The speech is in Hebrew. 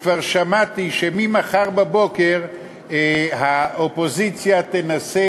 כבר שמעתי שממחר בבוקר האופוזיציה תנסה